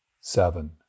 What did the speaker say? seven